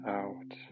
out